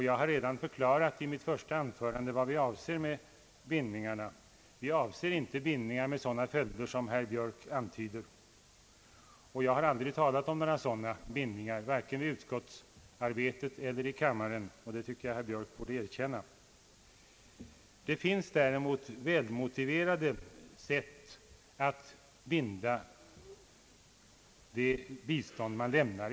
Jag har redan i mitt första anförande förklarat vad vi avser med detta. Vi avser inte bindningar med sådana följder som herr Björk antydde. Jag har aldrig talat för sådana bindningar, vare sig i utskottsarbetet eller i kammaren, och det tycker jag att herr Björk borde erkänna. Det finns däremot välmotiverade sätt att binda det bistånd man lämnar.